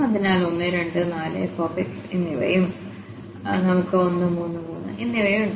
അതിനാൽ 1 2 4 fഎന്നിവയിലും നമുക്ക് 1 3 3 എന്നിവയുണ്ട്